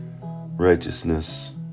righteousness